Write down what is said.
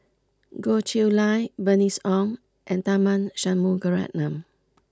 Goh Chiew Lye Bernice Ong and Tharman Shanmugaratnam